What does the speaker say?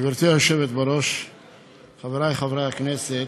בעד, 33 חברי כנסת,